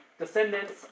descendants